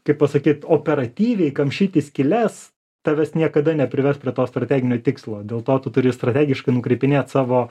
kaip pasakyt operatyviai kamšyti skyles tavęs niekada neprivers prie to strateginio tikslo dėl to tu turi strategiškai nukreipinėt savo